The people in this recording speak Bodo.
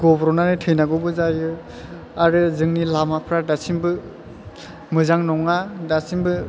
गब्र'नानै थैनांगौबो जायो आरो जोंनि लामाफ्रा दासिमबो मोजां नङा दासिमबो